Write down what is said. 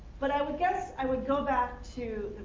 but i would guess, i would go back to